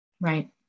Right